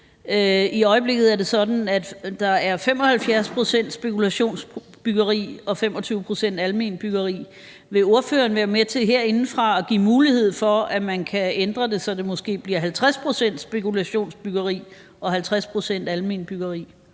I øjeblikket er det sådan, at der er 75 pct. spekulationsbyggeri og 25 pct. alment byggeri. Vil ordføreren være med til herindefra at give mulighed for, at man kan ændre det, så det måske bliver 50 pct. spekulationsbyggeri og 50 pct. alment byggeri?